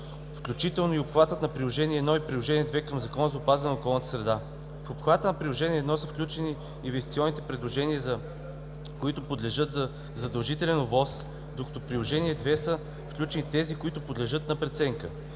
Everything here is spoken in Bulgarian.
включително и обхвата на Приложение 1 и Приложение 2 към Закона за опазване на околната среда. В обхвата на Приложение 1 са включени инвестиционните предложения, които подлежат на задължителна ОВОС, докато в Приложение 2 са включени тези, които подлежат на преценка.